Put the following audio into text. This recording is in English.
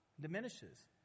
diminishes